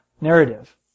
narrative